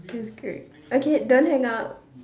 that's good okay don't hang up